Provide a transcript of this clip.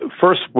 first